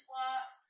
work